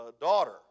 daughter